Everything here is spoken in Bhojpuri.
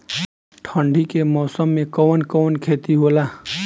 ठंडी के मौसम में कवन कवन खेती होला?